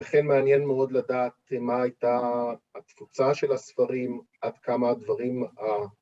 ‫לכן מעניין מאוד לדעת ‫מה הייתה התפוצה של הספרים ‫עד כמה הדברים ה...